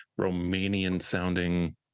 Romanian-sounding